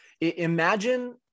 Imagine